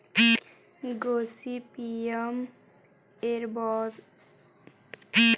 Gossypium arboreum कपसा ह भारत, अरब देस अउ अफ्रीका म जादा उगाए जाथे